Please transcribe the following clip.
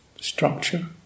structure